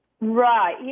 right